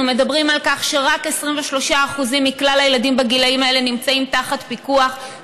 אנחנו מדברים על כך שרק 23% מכלל הילדים בגילים האלה נמצאים תחת פיקוח,